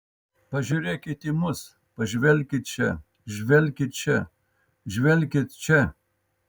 pažiūrėkit į mus pažvelkit čia žvelkit čia žvelkit čia